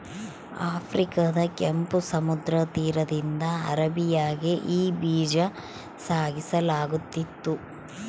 ಆಫ್ರಿಕಾದ ಕೆಂಪು ಸಮುದ್ರ ತೀರದಿಂದ ಅರೇಬಿಯಾಗೆ ಈ ಬೀಜ ಸಾಗಿಸಲಾಗುತ್ತಿತ್ತು